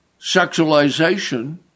sexualization